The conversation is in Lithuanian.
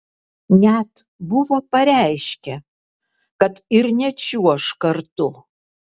net buvo pareiškę kad ir nečiuoš kartu